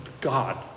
God